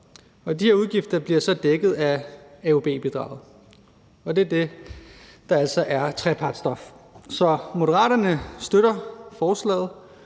De her udgifter bliver så dækket af AUB-bidraget, og det er altså det, der er trepartsstof. Så Moderaterne støtter forslaget